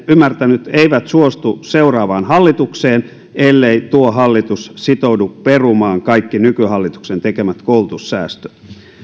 ymmärtänyt eivät suostu seuraavaan hallitukseen ellei tuo hallitus sitoudu perumaan kaikki nykyhallituksen tekemät koulutussäästöt